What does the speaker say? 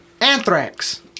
Anthrax